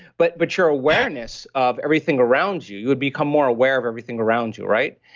but but your awareness of everything around you, you would become more aware of everything around you. right?